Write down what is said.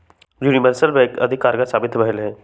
universal bank अधिक कारगर साबित भेलइ ह